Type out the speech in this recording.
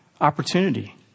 opportunity